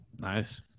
Nice